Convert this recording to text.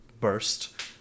burst